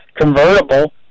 convertible